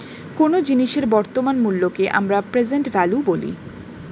কোনো জিনিসের বর্তমান মূল্যকে আমরা প্রেসেন্ট ভ্যালু বলি